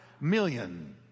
million